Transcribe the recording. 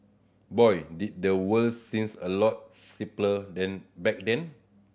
boy did the world seems a lot simpler then back then